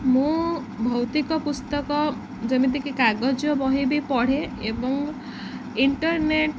ମୁଁ ଭୌତିକ ପୁସ୍ତକ ଯେମିତିକି କାଗଜ ବହି ବି ପଢ଼େ ଏବଂ ଇଣ୍ଟରନେଟ୍